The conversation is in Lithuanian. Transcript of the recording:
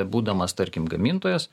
būdamas tarkim gamintojas